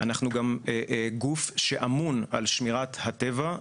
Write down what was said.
אנחנו גם גוף שאמון על שמירת הטבע,